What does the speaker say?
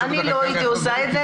הגיוני --- אני לא הייתי עושה את זה.